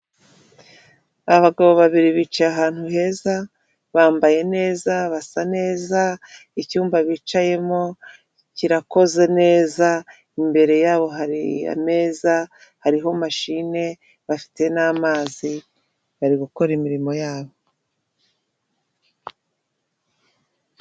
Abagabo babiri bicaye ahantu heza bambaye neza basa neza icyumba bicayemo kirakoze neza, imbere yabo hari ameza, hariho mashine, bafite n'amazi bari gukora imirimo yabo.